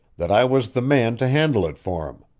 that i was the man to handle it for him.